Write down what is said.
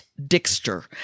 Dixter